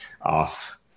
off